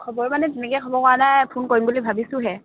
খবৰ মানে তেনেকে খবৰ কৰা নাই ফোন কৰিম বুলি ভাবিছোঁহে